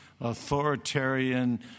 authoritarian